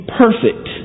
perfect